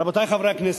רבותי חברי הכנסת,